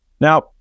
Now